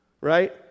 Right